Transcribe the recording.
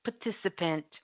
participant